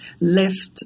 left